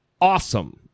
Awesome